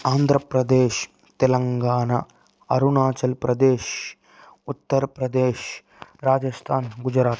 Andhra Pradesh Telangana Arunachal Pradesh Uttar Pradesh Rajasthan Gujarat